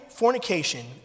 Fornication